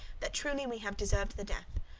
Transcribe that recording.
that truly we have deserved the death.